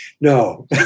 no